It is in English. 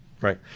right